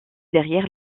derrière